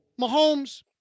Mahomes